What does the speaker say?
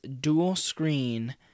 dual-screen